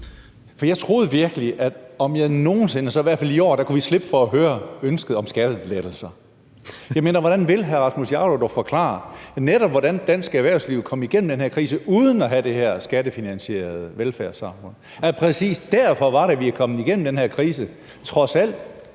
Jeg troede virkelig, at vi – om ikke nogen sinde, så i hvert fald i år – kunne slippe for at høre om ønsket om skattelettelser. Jeg mener: Hvordan vil hr. Rasmus Jarlov forklare, hvordan dansk erhvervsliv netop var kommet igennem den her krise uden at have haft det her skattefinansierede velfærdssamfund? For det var præcis derfor, at vi trods alt kom igennem den her krise, med sår